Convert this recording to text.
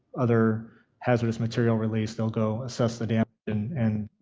other hazardous material released, they will go assess the damage and?